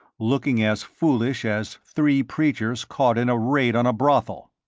looking as foolish as three preachers caught in a raid on a brothel.